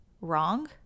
wrong